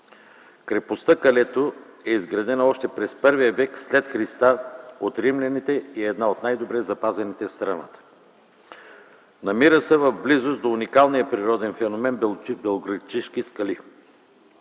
Крепостта „Калето” е изградена още през първия век след Христа от римляните и е една от най-добре запазените в страната. Намира се в близост до уникалния природен феномен – Белоградчишки скали.